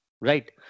Right